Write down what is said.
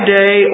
day